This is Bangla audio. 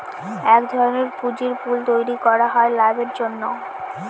এক ধরনের পুঁজির পুল তৈরী করা হয় লাভের জন্য